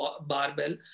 barbell